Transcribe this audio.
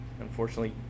unfortunately